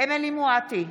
אמילי חיה מואטי,